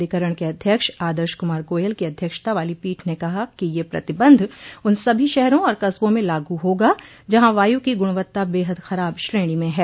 अधिकरण के अध्यक्ष आदर्श कुमार गोयल की अध्यक्षता वाली पीठ ने कहा कि ये प्रतिबंध उन सभी शहरों और कस्बों में लागू होगा जहां वायु की गुणवत्ता बेहद खराब श्रेणी में है